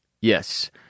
yes